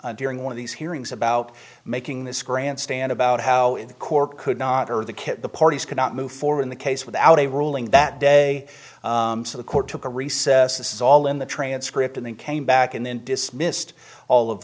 hand during one of these hearings about making this grandstand about how the court could not or the kid the parties could not move forward in the case without a ruling that day so the court took a recess this is all in the transcript and then came back and then dismissed all of